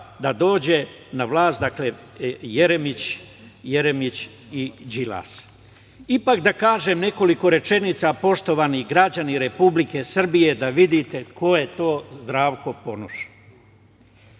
da dođu na vlast, dakle Jeremić i Đilas. Ipak da kažem nekoliko rečenica, poštovani građani Republike Srbije, da vidite ko je to Zdravko Ponoš.